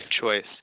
choice